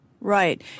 Right